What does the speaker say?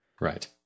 Right